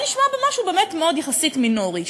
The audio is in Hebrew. היה נשמע משהו באמת מאוד יחסית מינורי,